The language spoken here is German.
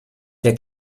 der